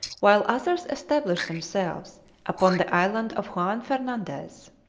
while others establish themselves upon the island of juan fernandez,